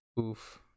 Oof